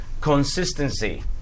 consistency